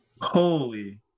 holy